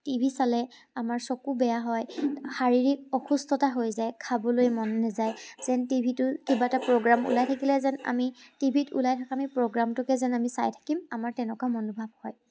T V চালে আমাৰ চকু বেয়া হয় শাৰীৰিক অসুস্থতা হৈ যায় খাবলৈ মন নেযায় যেন টিভিটো কিবা এটা প্ৰগ্ৰেম ওলাই থাকিলে যেন আমি টিভিত ওলাই থকা প্ৰগ্ৰেমটোকে যেন আমি চাই থাকিম আমাৰ তেনেকুৱা মনোভাৱ হয়